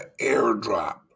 airdrop